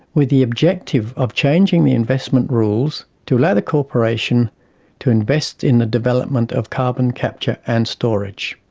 with the objective of changing the investment rules to allow the corporation to invest in the development of carbon capture and storage.